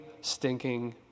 stinking